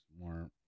more